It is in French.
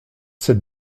cette